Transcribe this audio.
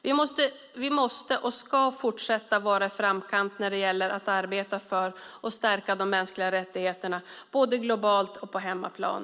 Vi måste och ska fortsätta att vara i framkant när det gäller att arbeta för att stärka de mänskliga rättigheterna, både globalt och på hemmaplan.